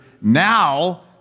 Now